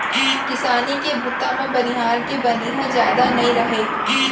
किसानी के बूता म बनिहार के बनी ह जादा नइ राहय